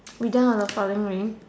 we do on the following week